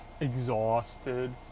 exhausted